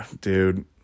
dude